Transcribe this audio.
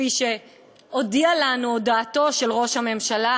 כפי שהודיעה לנו הודעתו של ראש הממשלה,